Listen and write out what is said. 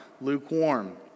lukewarm